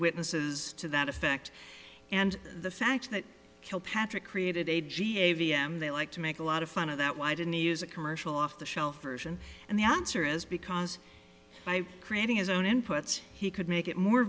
witnesses to that effect and the fact that kilpatrick created a g a v m they like to make a lot of fun of that why didn't he use a commercial off the shelf version and the answer is because by creating his own inputs he could make it more